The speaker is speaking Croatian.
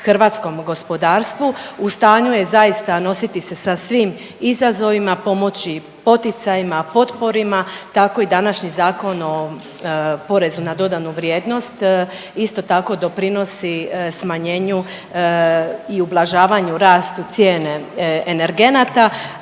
hrvatskom gospodarstvu. U stanju je zaista nositi se sa svim izazovima, pomoći, poticajima, potporima tako i današnji Zakon o porezu na dodanu vrijednost isto tako doprinosi smanjenju i ublažavanju rastu cijene energenata